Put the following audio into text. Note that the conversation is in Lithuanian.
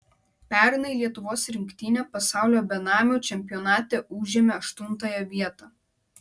pernai lietuvos rinktinė pasaulio benamių čempionate užėmė aštuntąją vietą